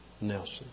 Nelson